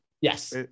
Yes